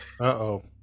Uh-oh